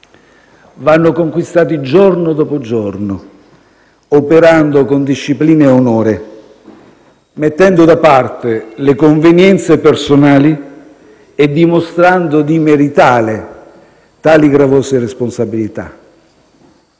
Vanno conquistati giorno dopo giorno, operando con disciplina e onore, mettendo da parte le convenienze personali e dimostrando di meritare tali gravose responsabilità.